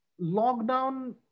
lockdown